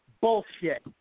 bullshit